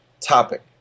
topic